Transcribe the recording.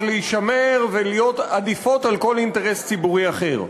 להישמר ולהיות עדיפות על כל אינטרס ציבורי אחר.